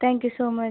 thank you so much